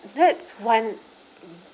that's one